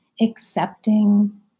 accepting